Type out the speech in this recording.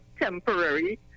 temporary